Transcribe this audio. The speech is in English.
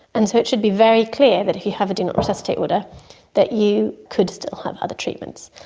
and so it should be very clear that if you have a do not resuscitate order that you could still have other treatments.